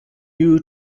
you